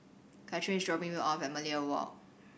Katheryn is dropping me off at Millenia Walk